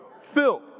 Phil